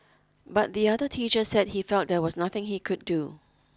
but the other teacher said he felt there was nothing he could do